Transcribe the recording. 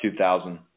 2000